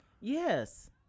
Yes